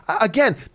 Again